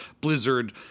blizzard